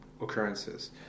occurrences